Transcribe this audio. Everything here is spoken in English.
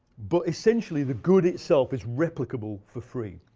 but essentially, the good itself is replicable for free.